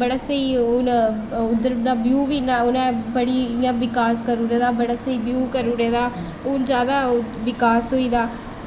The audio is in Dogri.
बड़ा स्हेई हून उद्धर दा व्यू बी उ'नें विकास करी ओड़े दा बड़ा स्हेई व्यू करी ओड़े दा हून जैदा बिकास होई दा कन्नै जैह्लूं में